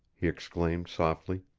he exclaimed softly.